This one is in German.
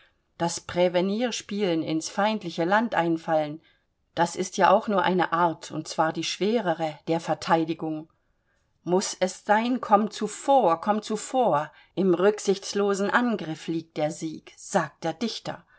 das präveniere spielen ins feindliche land einfallen das ist ja auch nur eine art und zwar die schwerere der verteidigung muß es sein komm zuvor komm zuvor im rücksichtslosen angriff liegt der sieg sagt der dichter